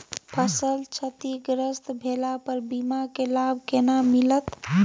फसल क्षतिग्रस्त भेला पर बीमा के लाभ केना मिलत?